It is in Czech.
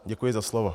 Děkuji za slovo.